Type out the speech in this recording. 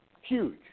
huge